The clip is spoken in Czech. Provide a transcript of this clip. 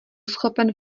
schopen